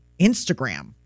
Instagram